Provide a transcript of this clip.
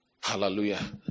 Hallelujah